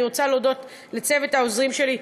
אני רוצה להודות לצוות העוזרים שלי.